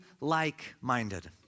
like-minded